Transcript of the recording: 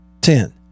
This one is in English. Ten